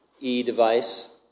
e-device